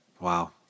Wow